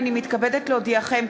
הנני מתכבדת להודיעכם,